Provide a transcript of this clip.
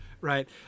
Right